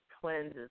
cleanses